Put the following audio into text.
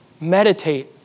Meditate